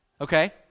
okay